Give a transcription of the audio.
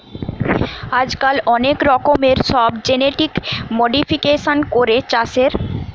আজকাল অনেক রকমের সব জেনেটিক মোডিফিকেশান করে চাষের